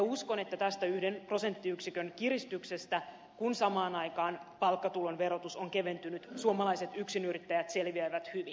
uskon että tästä yhden prosenttiyksikön kiristyksestä kun samaan aikaan palkkatulon verotus on keventynyt suomalaiset yksinyrittäjät selviävät hyvin